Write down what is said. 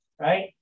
Right